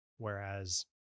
Whereas